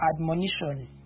admonition